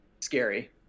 scary